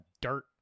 dirt